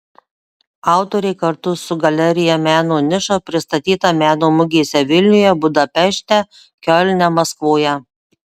autorė kartu su galerija meno niša pristatyta meno mugėse vilniuje budapešte kiolne maskvoje